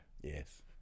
Yes